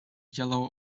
yellow